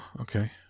Okay